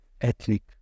ethnic